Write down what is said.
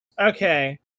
Okay